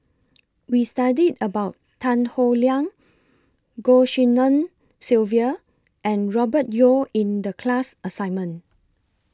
We studied about Tan Howe Liang Goh Tshin En Sylvia and Robert Yeo in The class assignment